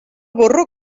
burro